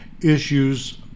issues